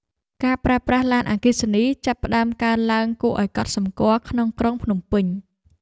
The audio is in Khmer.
ការប្រើប្រាស់ឡានអគ្គិសនីចាប់ផ្ដើមកើនឡើងគួរឱ្យកត់សម្គាល់ក្នុងក្រុងភ្នំពេញ។